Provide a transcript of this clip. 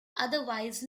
otherwise